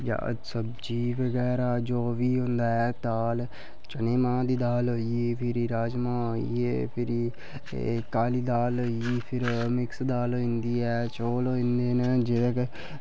जां सब्जी जो बी उंदा ऐ दाल चने मांह् दी दाल होई फ्ही राजमां होइए फ्ही काली दाल होई फ्ही मिक्स दाल होई चौल होइए